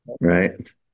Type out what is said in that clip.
right